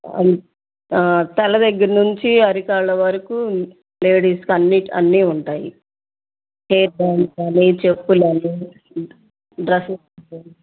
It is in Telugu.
తల దగ్గరినుంచి అరికాళ్ళ వరకు లేడీస్కి అన్నీ అన్నీ ఉంటాయి హేర్ బాండ్స్ అని చెప్పులని డ్రెస్సెస్